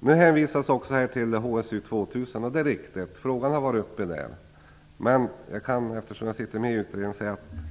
Det hänvisas också till HSU 2000, och det är riktigt att frågan har varit uppe där. Eftersom jag sitter med i utredningen kan jag dock säga att